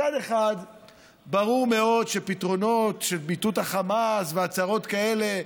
מצד אחד ברור מאוד שפתרונות של מיטוט החמאס והצהרות כאלה,